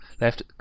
left